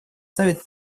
ставит